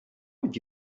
would